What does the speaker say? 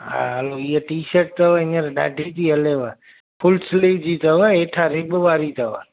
हा हलो हीअ टी शर्ट अथव हींअर ॾाढी थी हलेव फुल स्लीव जी अथव हेठां रिंग वारी अथव